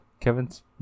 Kevin's